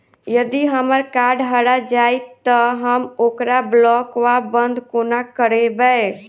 यदि हम्मर कार्ड हरा जाइत तऽ हम ओकरा ब्लॉक वा बंद कोना करेबै?